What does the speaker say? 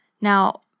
Now